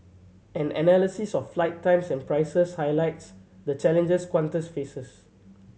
an analysis of flight times and prices highlights the challenges Qantas faces